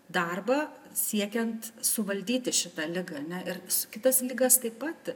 darbą siekiant suvaldyti šitą ligą ne ir kitas ligas taip pat